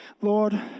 Lord